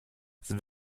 sind